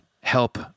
help